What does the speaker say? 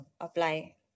apply